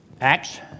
Acts